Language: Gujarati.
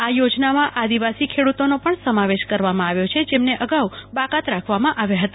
આ યોજનામાં આદિવાસી ખેડૂતોનો પણ સમાવેશ કરવામાં આવ્યો છે જેમને અગાઉ બાકાત રાખવામાં આવ્યા હતા